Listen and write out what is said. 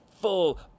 full